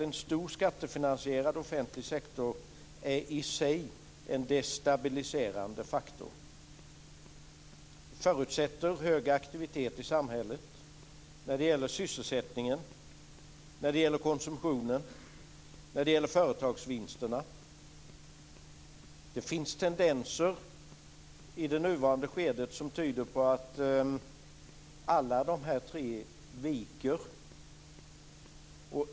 En stor, skattefinansierad offentlig sektor är i sig en destabiliserande faktor. Den förutsätter hög aktivitet i samhället när det gäller sysselsättningen, när det gäller konsumtionen, när det gäller företagsvinsterna. Det finns tendenser i det nuvarande skedet som tyder på att alla de här tre sakerna viker.